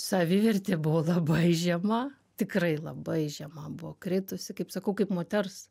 savivertė buvo labai žema tikrai labai žema buvo kritusi kaip sakau kaip moters